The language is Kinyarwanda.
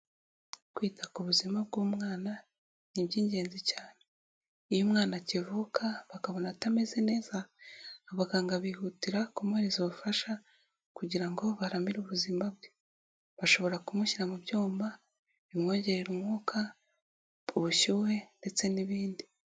Kwita ku buzima bw'umwana ni iby'ingenzi cyane, iyo umwana akivuka bakabona atameze neza abaganga bihutira kumuhereza ubufasha kugira ngo baramire ubuzima bwe, bashobora kumushyira mu byuma bimwongerera umwuka, ubushyuhe ndetse n'ibindi.